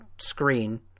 screen